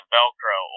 Velcro